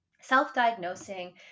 Self-diagnosing